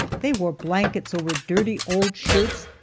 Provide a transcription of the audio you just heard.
they wore blankets over dirty old shirts,